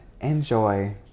Enjoy